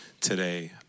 today